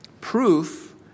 proof